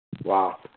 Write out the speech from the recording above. Wow